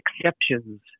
exceptions